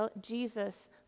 Jesus